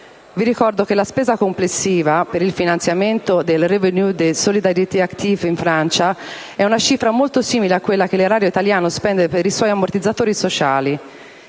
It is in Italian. Vi ricordo che la spesa complessiva per il finanziamento del *revenu de solidarité active* (RSA) in Francia è una cifra molto simile a quella che l'erario italiano spende per i suoi ammortizzatori sociali.